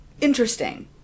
interesting